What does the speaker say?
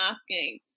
asking